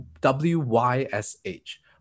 W-Y-S-H